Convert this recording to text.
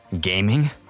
Gaming